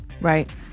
Right